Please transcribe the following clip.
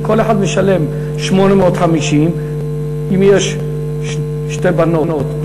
שכל אחד משלם 850. אם יש שתי בנות,